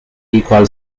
equal